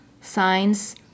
Signs